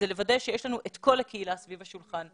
זה לוודא שיש לנו את כל הקהילה סביב השולחן,